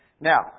Now